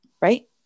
right